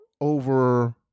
over